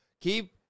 keep